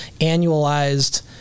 annualized